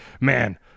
man